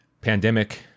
pandemic